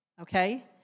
Okay